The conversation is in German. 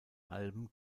alben